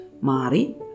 Mari